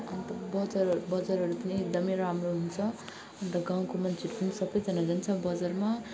अन्त बजारहरू बजारहरू पनि एकदमै राम्रो हुन्छ अन्त गाउँको मान्छेहरू पनि सबैजना जान्छ बजारमा